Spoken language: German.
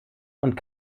und